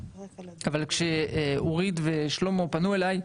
אבל כשאורית ושלמה פנו אלי,